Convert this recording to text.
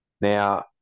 Now